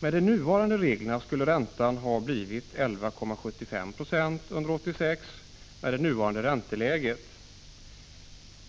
Med de nuvarande reglerna skulle räntan ha blivit 11,75 90 under 1986 med det nuvarande ränteläget.